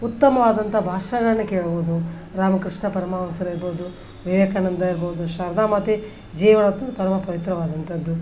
ಉತ್ತಮವಾದಂಥ ಭಾಷಣವನ್ನ ಕೇಳ್ಬೋದು ರಾಮಕೃಷ್ಣ ಪರಮಹಂಸರಿರ್ಬೋದು ವಿವೇಕಾನಂದ ಇರ್ಬೋದು ಶಾರದಾ ಮಾತೆ ಜೀವನ ಪರಮ ಪವಿತ್ರವಾದಂಥದ್ದು